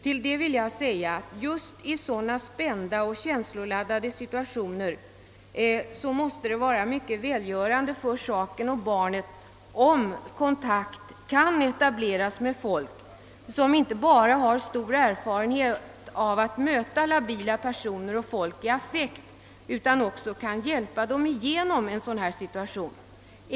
Till detta vill jag säga att det just i sådana spända och känsloladdade situationer måste vara mycket välgörande för saken och barnet, om kontakt kan etableras med folk, som inte bara har stor erfarenhet av att möta labila personer och folk i affekt utan också kan hjälpa dem igenom en sådan situation.